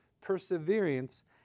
perseverance